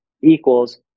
equals